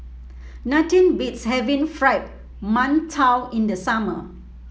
nothing beats having Fried Mantou in the summer